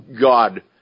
god